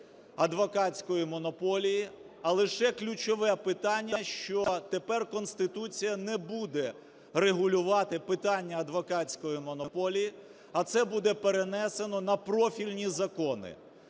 адвокатської монополії, а лише ключове питання, що тепер Конституція не буде регулювати питання адвокатської монополії, а це буде перенесено на профільні закони.